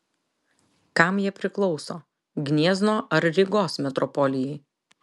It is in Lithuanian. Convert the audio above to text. kam jie priklauso gniezno ar rygos metropolijai